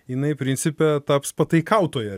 jinai principe taps pataikautoja